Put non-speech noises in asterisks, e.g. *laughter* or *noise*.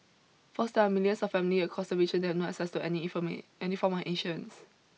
first there are still millions of families across the region that have no access to any *unintelligible* any form of insurance